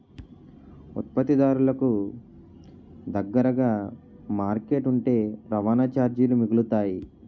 ఉత్పత్తిదారులకు దగ్గరగా మార్కెట్ ఉంటే రవాణా చార్జీలు మిగులుతాయి